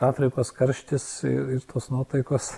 afrikos karštis ir tos nuotaikos